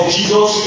Jesus